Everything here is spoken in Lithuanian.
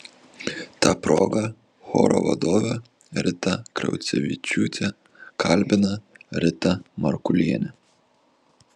ta proga choro vadovę ritą kraucevičiūtę kalbina rita markulienė